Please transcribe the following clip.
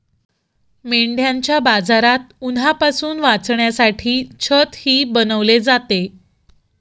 मेंढ्यांच्या बाजारात उन्हापासून वाचण्यासाठी छतही बनवले जाते